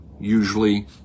usually